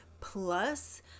Plus